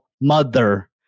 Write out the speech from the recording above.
mother